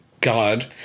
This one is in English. God